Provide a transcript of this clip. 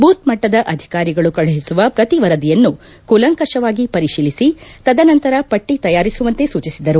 booth ಮಟ್ಟದ ಅಧಿಕಾರಿಗಳು ಕಳುಹಿಸುವ ಪ್ರತಿವರದಿಯನ್ನೂ ಕೂಲಂಕಷವಾಗಿ ಪರಿಶೀಲಿಸಿ ತದನಂತರ ಪಟ್ಟ ತಯಾರಿಸುವಂತೆ ಅವರು ಸೂಚಿಸಿದರು